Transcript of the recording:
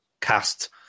cast